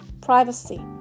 privacy